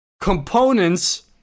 ...components